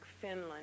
Finland